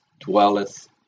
dwelleth